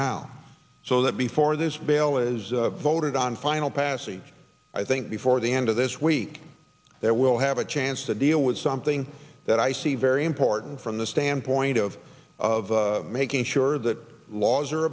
now so that before this bail is voted on final passage i think before the end of this week there will have a chance to deal with something that i see very import from the standpoint of of making sure that laws are